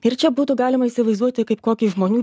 ir čia būtų galima įsivaizduoti kaip kokį žmonių